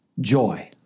joy